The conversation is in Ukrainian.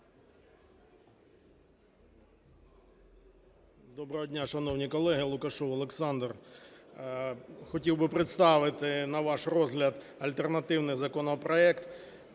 Доброго дня, шановні колеги! Лукашев Олександр. Хотів би представити на ваш розгляд альтернативний законопроект